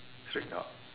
street dog